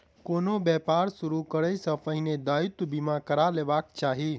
कोनो व्यापार शुरू करै सॅ पहिने दायित्व बीमा करा लेबाक चाही